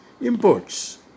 imports